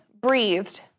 breathed